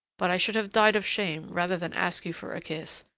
but i should have died of shame rather than ask you for a kiss,